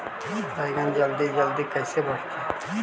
बैगन जल्दी जल्दी कैसे बढ़तै?